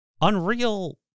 Unreal